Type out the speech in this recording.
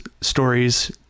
stories